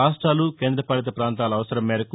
రాష్ట్రాలు కేంద్ర పాలిత ప్రాంతాల అవసరం మేరకు